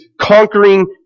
conquering